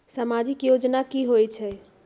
समाजिक योजना की होई छई?